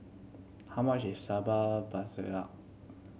how much is sambal